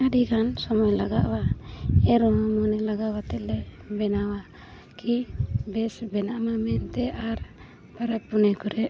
ᱟᱹᱰᱤ ᱜᱟᱱ ᱥᱚᱢᱚᱭ ᱞᱟᱜᱟᱜᱼᱟ ᱢᱚᱱᱮ ᱞᱟᱜᱟᱣ ᱠᱟᱛᱮ ᱞᱮ ᱵᱮᱱᱟᱣᱟ ᱠᱤ ᱵᱮᱥ ᱵᱮᱱᱟᱜ ᱢᱟ ᱢᱮᱱᱛᱮ ᱟᱨ ᱯᱟᱨᱟᱵᱽ ᱯᱩᱱᱟᱹᱭ ᱠᱚᱨᱮᱜ